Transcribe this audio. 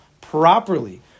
properly